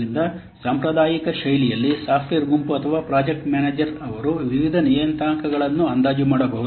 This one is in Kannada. ಆದ್ದರಿಂದ ಸಾಂಪ್ರದಾಯಿಕ ಶೈಲಿಯಲ್ಲಿ ಸಾಫ್ಟ್ವೇರ್ ಗುಂಪು ಅಥವಾ ಪ್ರಾಜೆಕ್ಟ್ ಮ್ಯಾನೇಜರ್ ಅವರು ವಿವಿಧ ನಿಯತಾಂಕಗಳನ್ನು ಅಂದಾಜು ಮಾಡಬಹುದು